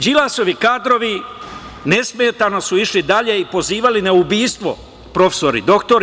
Đilasovi kadrovi nesmetano su išli dalje i pozivali na ubistvo, profesori doktori.